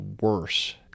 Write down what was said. worse